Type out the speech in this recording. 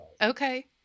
okay